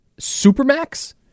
supermax